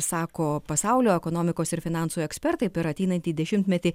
sako pasaulio ekonomikos ir finansų ekspertai per ateinantį dešimtmetį